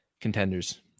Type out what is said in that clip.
contenders